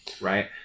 Right